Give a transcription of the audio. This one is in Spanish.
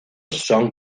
son